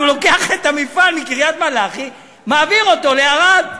הוא לוקח את המפעל מקריית-מלאכי ומעביר אותו לערד.